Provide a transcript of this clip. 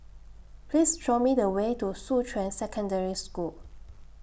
Please Show Me The Way to Shuqun Secondary School